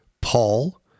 paul